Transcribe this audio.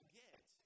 get